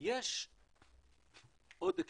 יש עוד הקשר,